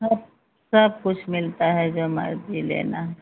ह सब कुछ मिलता है जो मर्जी लेना